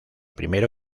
primero